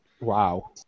Wow